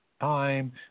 time